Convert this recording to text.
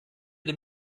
dem